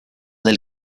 del